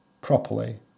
properly